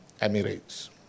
Emirates